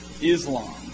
Islam